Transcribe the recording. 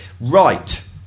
Right